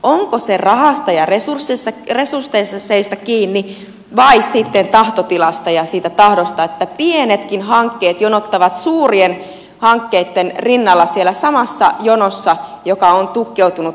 onko se rahasta ja resursseista kiinni vai sitten tahtotilasta ja siitä tahdosta että pienetkin hankkeet jonottavat suurien hankkeitten rinnalla siellä samassa jonossa joka on tukkeutunut pahasti